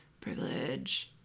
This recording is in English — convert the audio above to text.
Privilege